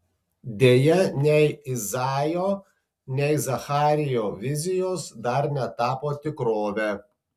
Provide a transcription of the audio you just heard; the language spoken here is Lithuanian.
deja nei izaijo nei zacharijo vizijos dar netapo tikrove